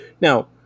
Now